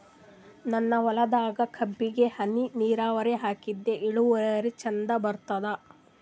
ನನ್ನ ಹೊಲದಾಗ ಕಬ್ಬಿಗಿ ಹನಿ ನಿರಾವರಿಹಾಕಿದೆ ಇಳುವರಿ ಚಂದ ಬರತ್ತಾದ?